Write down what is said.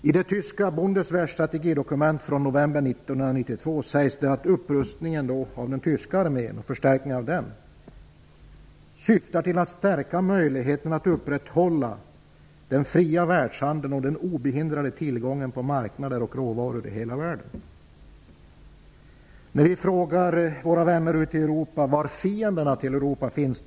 I det tyska Bundeswehrs strategidokument från november 1992 sägs att upprustningen av den tyska armén syftar till att stärka möjligheten att upprätthålla den fria världshandeln och den obehindrade tillgången på marknader och råvaror över hela världen. Eftersom en armé skall skapas frågar vi våra vänner ute i Europa var fienderna finns.